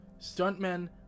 Stuntmen